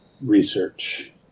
research